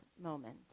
moment